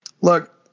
Look